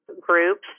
groups